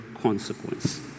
consequence